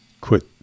quit